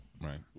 Right